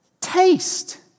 taste